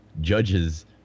judges